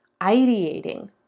ideating